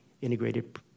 Integrated